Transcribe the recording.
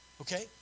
Okay